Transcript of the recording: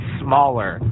smaller